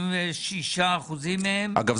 ש-96% מהן --- אגב,